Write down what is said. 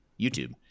YouTube